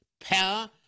power